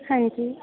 ਹਾਂਜੀ